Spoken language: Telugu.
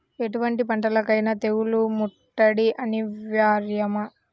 ఎటువంటి పంటలకైన తెగులు ముట్టడి అనివార్యమా?